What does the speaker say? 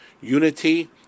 unity